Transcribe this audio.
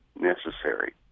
necessary